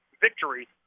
victory